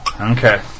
Okay